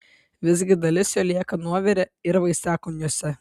visgi dalis jo lieka nuovire ir vaisiakūniuose